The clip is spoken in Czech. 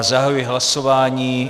Zahajuji hlasování.